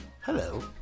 Hello